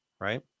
right